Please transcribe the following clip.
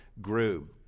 grew